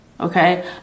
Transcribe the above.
Okay